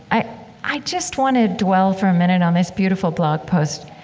i i just want to dwell for a minute on this beautiful blog post